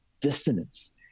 dissonance